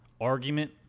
argument